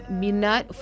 minat